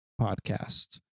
podcast